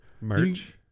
merch